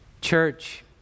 Church